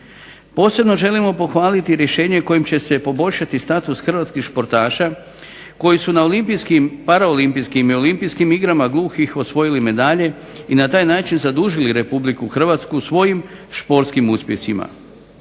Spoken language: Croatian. Posebno želimo pohvaliti rješenje kojim će se poboljšati status hrvatskih športaša koji su na libijskim paraolimpijskim i olimpijskim igrama gluhih osvojili medalje i na taj način zadužili Republiku Hrvatsku svojim športskim uspjesima.